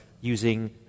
using